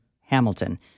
Hamilton